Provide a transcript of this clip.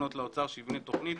לפנות לאוצר שיבנה תוכנית,